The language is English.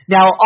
Now